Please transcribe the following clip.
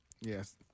Yes